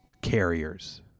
carriers